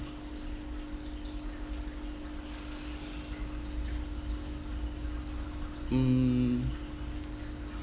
mm